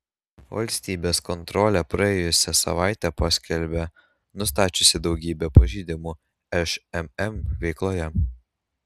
valstybės kontrolė praėjusią savaitę paskelbė nustačiusi daugybę pažeidimų šmm veikloje